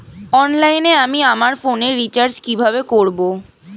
অনলাইনে আমি আমার ফোনে রিচার্জ কিভাবে করব?